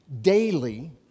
daily